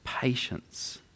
patience